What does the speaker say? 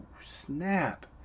snap